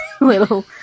little